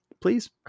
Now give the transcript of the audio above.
please